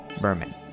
Berman